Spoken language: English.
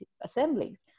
assemblies